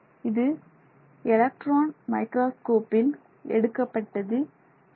இது எலக்ட்ரான் மைக்ரோஸ்கோப்பில் எடுக்கப்பட்டது இல்லை